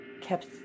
Kept